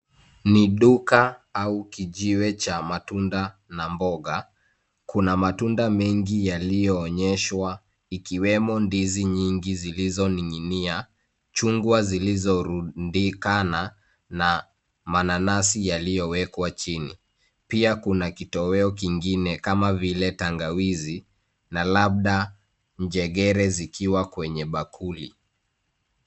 Ni duka au kijiwe cha matunda na boga, kuna matunda mengi yalionyeshwa likiwemo ndizi nyingi zilizoning'inia, chungwa zilizorundikana na mananasi yaliowekwa chini, pia kuna kitoweo kingine kama vile tangawizi na labda jengere zikiwa kwenye bakuli.